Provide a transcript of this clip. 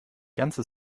ganze